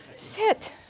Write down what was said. shit!